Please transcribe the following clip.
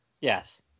yes